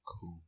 Cool